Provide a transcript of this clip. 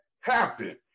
happen